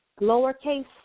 lowercase